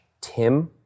Tim